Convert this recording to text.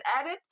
added